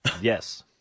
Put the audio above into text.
Yes